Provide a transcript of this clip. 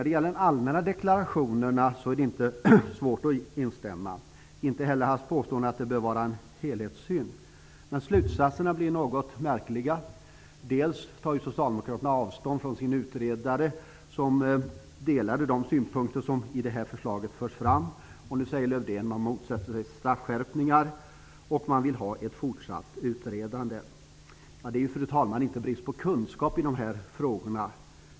De allmänna deklarationerna är det inte så svårt att instämma i, inte heller i hans påstående att det bör råda en helhetssyn. Men slutsatserna blir något märkliga. Dels tar socialdemokraterna avstånd från sin utredare, som delade de synpunkter som förs fram i det här förslaget, dels säger Lars-Erik Lövdén att man motsätter sig straffskärpningar och att man vill ha ett fortsatt utredande. Det är, fru talman, inte brist på kunskap i de här frågorna.